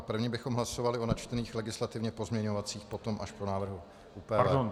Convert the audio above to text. První bychom hlasovali o načtených legislativně pozměňovacích, potom až po návrhu ÚPV.